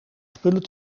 spullen